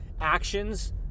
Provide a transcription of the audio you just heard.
Actions